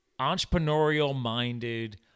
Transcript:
entrepreneurial-minded